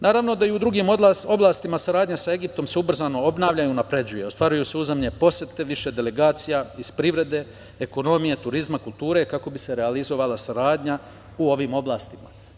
Naravno da i u drugim oblastima saradnja sa Egiptom se ubrzano obnavlja i unapređuje, ostvaruju se uzajamne posete više delegacija iz privrede, ekonomije, turizma, kulture, kako bi se realizovala saradnja u ovim oblastima.